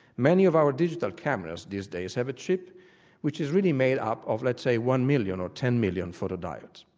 many of our digital cameras these days have a chip which is really made up of let's say one million or ten million photodiodes.